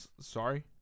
Sorry